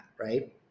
right